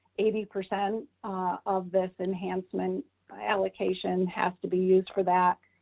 eighty percent of this enhancement allocation has to be used for that.